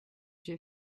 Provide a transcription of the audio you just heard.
j’ai